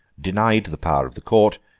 denied the power of the court,